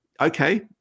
Okay